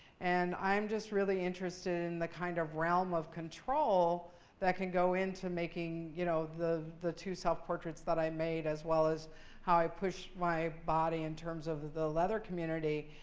and i'm just really interested in the kind of realm of control that can go into making you know the the two self-portraits that i made, as well as how i push my body in terms of the leather community,